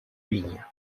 ligne